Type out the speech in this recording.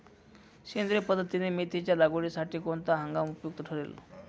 सेंद्रिय पद्धतीने मेथीच्या लागवडीसाठी कोणता हंगाम उपयुक्त ठरेल?